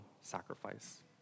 sacrifice